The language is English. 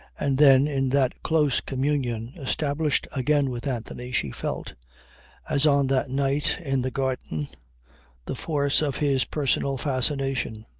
and then, in that close communion established again with anthony, she felt as on that night in the garden the force of his personal fascination.